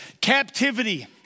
Captivity